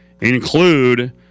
include